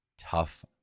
Tough